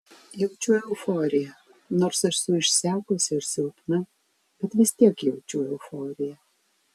jaučiu euforiją nors esu išsekusi ir silpna bet vis tiek jaučiu euforiją